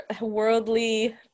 worldly